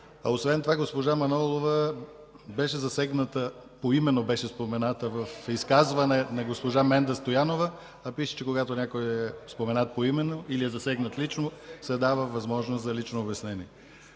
Освен това госпожа Манолова беше спомената поименно в изказване на госпожа Менда Стоянова. Когато някой е споменат поименно или е засегнат лично, му се дава възможност за лично обяснение.